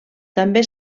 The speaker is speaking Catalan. també